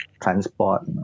transport